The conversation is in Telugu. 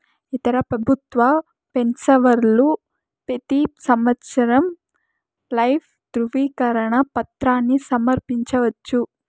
ఇతర పెబుత్వ పెన్సవర్లు పెతీ సంవత్సరం లైఫ్ దృవీకరన పత్రాని సమర్పించవచ్చు